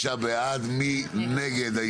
6 נגד,